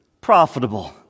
profitable